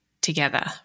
together